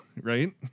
Right